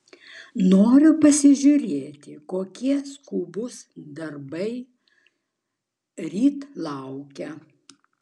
noriu pasižiūrėti kokie skubūs darbai ryt laukia